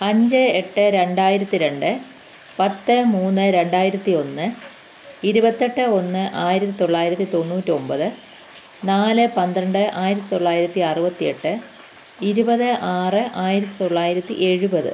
അഞ്ച് എട്ട് രണ്ടായിരത്തി രണ്ട് പത്ത് മൂന്ന് രണ്ടായിരത്തി ഒന്ന് ഇരുപത്തെട്ട് ഒന്ന് ആയിരത്തി തൊള്ളായിരത്തി തൊണ്ണൂറ്റൊമ്പത് നാല് പന്ത്രണ്ട് ആയിരത്തി തൊള്ളായിരത്തി അറുപത്തിയെട്ട് ഇരുപത് ആറ് ആയിരത്തി തൊള്ളായിരത്തി എഴുപത്